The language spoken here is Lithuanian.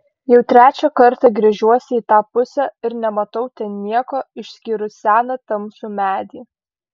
jau trečią kartą gręžiuosi į tą pusę ir nematau ten nieko išskyrus seną tamsų medį